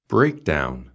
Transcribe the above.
Breakdown